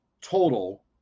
total